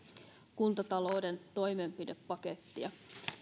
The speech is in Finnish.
kuntatalouden toimenpidepakettia